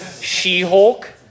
She-Hulk